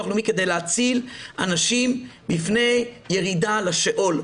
הלאומי כדי להציל אנשים לפני ירידה לשאול.